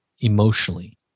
emotionally